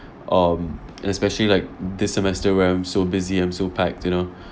um especially like this semester where I'm so busy I'm so packed you know